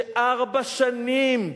שארבע שנים,